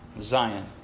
Zion